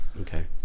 Okay